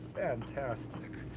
fantastic.